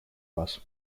вас